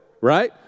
Right